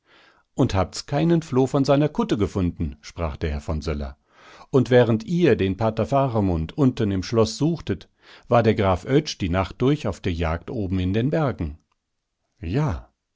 und habt's keinen floh von seiner kutte gefunden sprach der herr von söller und während ihr den pater faramund unten im schloß suchtet war der graf oetsch die nacht durch auf die jagd oben in den bergen ja